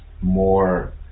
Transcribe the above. more